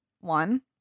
one